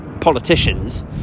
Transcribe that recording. politicians